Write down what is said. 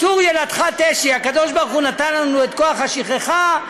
"צור ילדך תשי" הקב"ה נתן לנו את כוח השכחה,